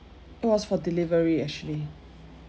it was for delivery actually